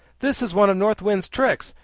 this is one of north wind's tricks.